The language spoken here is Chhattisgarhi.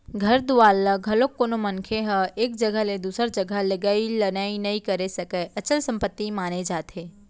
घर दुवार ल घलोक कोनो मनखे ह एक जघा ले दूसर जघा लेगई लनई नइ करे सकय, अचल संपत्ति माने जाथे